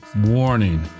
Warning